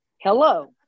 Hello